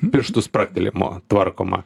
pirštų spragtelėjimo tvarkoma